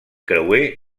creuer